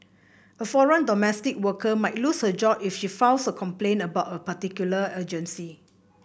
a foreign domestic worker might lose her job if she files a complaint about a particular agency